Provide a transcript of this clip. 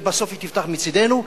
ובסוף היא תפתח מצדנו,